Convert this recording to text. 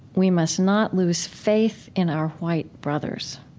we must not lose faith in our white brothers.